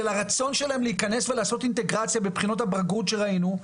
שלרצון שלהם להיכנס ולעשות אינטגרציה בבחינות הבגרות שראינו.